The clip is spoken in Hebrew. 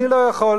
אני לא יכול,